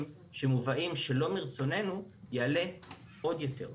שמובאים שלא מרצוננו יעלה עוד יותר.